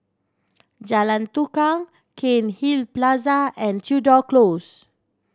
Jalan Tukang Cairnhill Plaza and Tudor Close